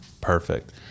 Perfect